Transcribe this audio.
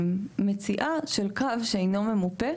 המציאה של קו שאינו ממופה,